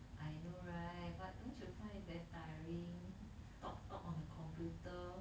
I know right but don't you find it very tiring talk talk on the computer